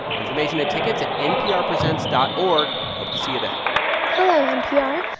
information and tickets at nprpresents dot org. hope to see you there hello, npr.